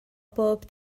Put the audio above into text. bob